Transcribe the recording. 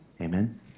Amen